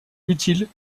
utile